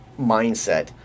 mindset